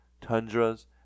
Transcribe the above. tundras